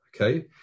Okay